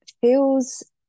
feels